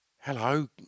Hello